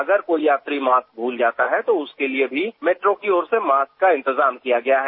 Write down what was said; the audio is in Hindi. अगर कोई यात्री मास्क भूल जाता है तो उसके लिए भी मेट्रों की ओर से मास्क का इंतजाम किया गया है